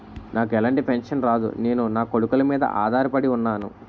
నాకు ఎలాంటి పెన్షన్ రాదు నేను నాకొడుకుల మీద ఆధార్ పడి ఉన్నాను